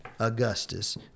Augustus